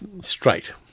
straight